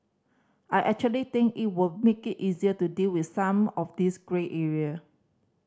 I actually think it will make it easier to deal with some of these grey area